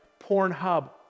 Pornhub